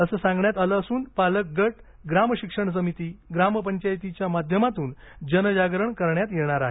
असं सांगण्यात आलं असून पालक गट ग्राम शिक्षण समिती ग्रामपंचायतीच्या माध्यमातून जनजागरण करण्यात येणार आहे